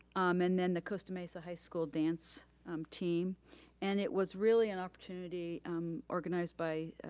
um and then the costa mesa high school dance um team and it was really an opportunity organized by,